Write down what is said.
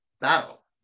battle